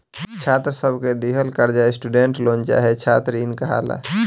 छात्र सब के दिहल कर्जा स्टूडेंट लोन चाहे छात्र इन कहाला